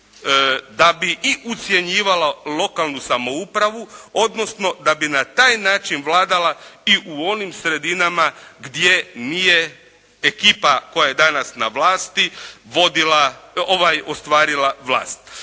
da bi i ucjenjivala lokalnu samoupravu, odnosno da bi na taj način vladala i u onim sredinama gdje nije ekipa koja je danas na vlasti ostvarila vlast.